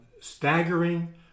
staggering